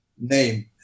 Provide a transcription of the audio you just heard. name